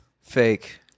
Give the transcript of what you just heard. fake